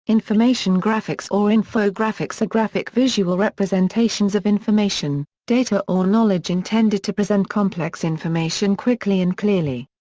information graphics or infographics are graphic visual representations of information, data or knowledge intended to present complex information quickly and clearly.